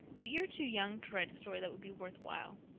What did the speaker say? but you're too young to write a story that would be worth while.